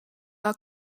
are